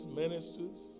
ministers